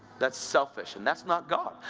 that's selfish and that's not god.